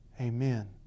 Amen